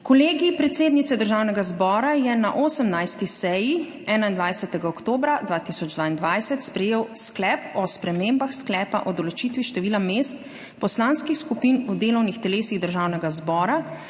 Kolegij predsednice Državnega zbora je na 18. seji 21. oktobra 2022 sprejel Sklep o spremembah Sklepa o določitvi števila mest poslanskih skupin v delovnih telesih Državnega zbora